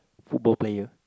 football player